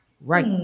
right